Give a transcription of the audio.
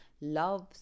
loves